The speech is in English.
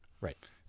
Right